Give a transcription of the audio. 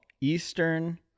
Eastern